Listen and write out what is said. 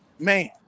Man